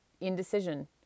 indecision